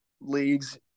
leagues